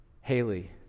Haley